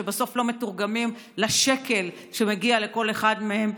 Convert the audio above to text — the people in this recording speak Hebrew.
שבסוף לא מתורגמים לשקל שמגיע לכל אחד מהם,